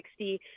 60%